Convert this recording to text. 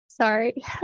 Sorry